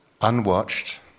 Unwatched